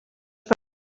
per